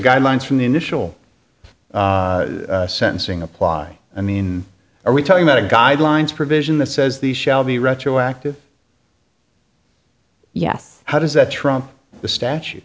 guidelines from the initial sentencing apply i mean are we talking about a guidelines provision that says these shall be retroactive yes how does that trump the statu